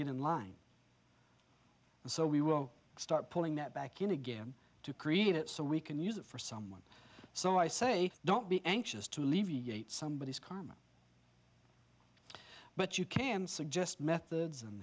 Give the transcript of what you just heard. get in line and so we will start pulling that back in again to create it so we can use it for someone so i say don't be anxious to alleviate somebodies karma but you can suggest methods and